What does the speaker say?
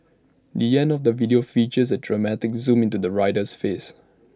the end of the video features A dramatic zoom into the rider's face